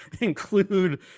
include